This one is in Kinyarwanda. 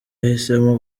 yahisemo